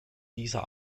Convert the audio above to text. dieser